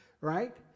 right